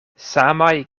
samaj